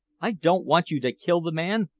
i don't want you to kill the man!